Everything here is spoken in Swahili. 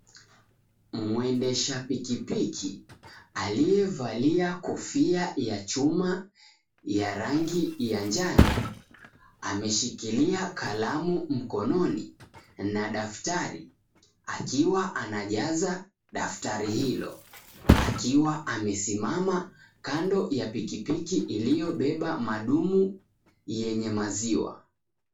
Mwendesha pikipiki aliyevalia kofia ya chuma ya rangi ya njano, ameshikilia kalamu mkononi na daftari akiwa anajaza daftari hilo, akiwa amesimama kando ya pikipiki iliyobeba madumu yenye maziwa.